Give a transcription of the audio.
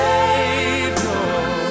Savior